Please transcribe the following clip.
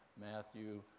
Matthew